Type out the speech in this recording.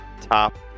top